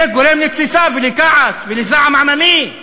זה גורם לתסיסה ולכעס ולזעם עממי.